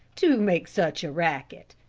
to make such a racket,